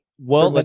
well, but